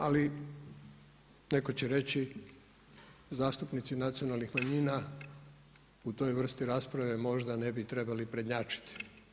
Ali, netko će reći zastupnici nacionalnih manjina u toj vrsti rasprave možda ne bi trebali prednjačiti.